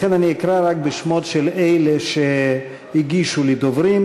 לכן אני אקרא רק בשמות של אלה שהגישו לי שמות דוברים.